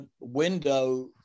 window